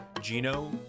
Gino